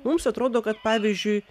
mums atrodo kad pavyzdžiui